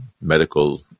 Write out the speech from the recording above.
medical